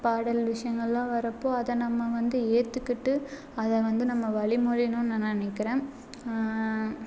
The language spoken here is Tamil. பாடல் விஷயங்கள்லாம் வரப்போ அதை நம்ம வந்து ஏற்றுக்கிட்டு அதை வந்து நம்ம வழிமொழியணும் நான் நினைக்கிறேன்